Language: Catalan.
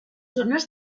zones